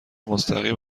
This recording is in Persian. مستقیم